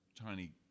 tiny